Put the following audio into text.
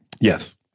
yes